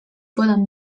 poden